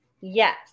Yes